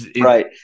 right